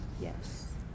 Yes